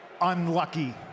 unlucky